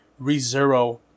ReZero